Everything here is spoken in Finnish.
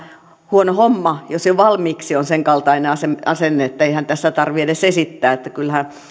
huono homma jos jo valmiiksi on sen kaltainen asenne asenne että eihän tässä tarvitse edes esittää kyllähän